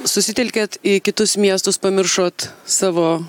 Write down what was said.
susitelkėt į kitus miestus pamiršot savo